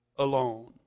Alone